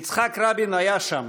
יצחק רבין היה שם